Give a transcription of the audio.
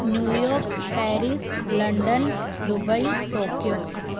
New York Paris London Dubai Tokyo